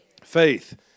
faith